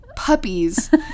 puppies